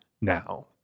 now